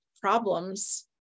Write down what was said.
problems